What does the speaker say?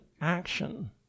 action